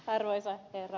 kun ed